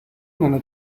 nella